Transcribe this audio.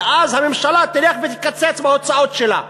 ואז הממשלה תלך ותקצץ בהוצאות שלה.